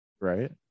right